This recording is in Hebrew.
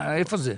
איפה זה?